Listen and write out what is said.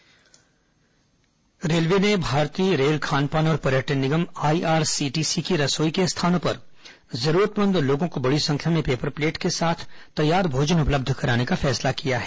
corona IRCTC railway ने भारतीय रेल खान पान और पर्यटन निगम आईआरसीटीसी की रसोई के स्थानों पर जरूरतमंद लोगों को बड़ी संख्या में पेपर प्लेट के साथ तैयार भोजन उपलब्ध कराने का फैसला किया है